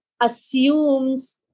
assumes